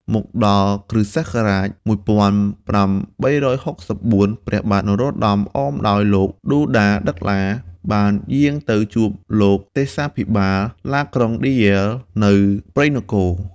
មកដល់គ. ស. ១៨៦៤ ព្រះបាទនរោត្តម អមដោយលោក ឌូដាដឺឡា បានយាងទៅជួបលោកទេសាភិបាល ឡាក្រង់ឌីយែ នៅព្រៃនគរ ។